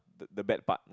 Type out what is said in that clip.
the bad part